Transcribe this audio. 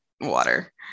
water